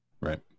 Right